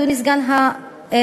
אדוני סגן השר,